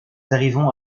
arrivons